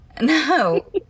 No